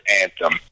anthem